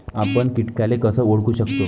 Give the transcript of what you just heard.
आपन कीटकाले कस ओळखू शकतो?